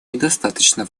недостаточно